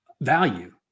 value